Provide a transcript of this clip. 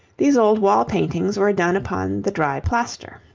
these old wall-paintings were done upon the dry plaster.